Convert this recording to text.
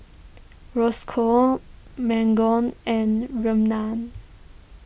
Roscoe Margot and Reanna